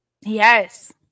Yes